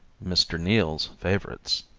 mr. neal's favorites